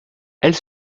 elle